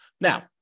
Now